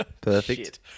Perfect